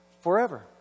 forever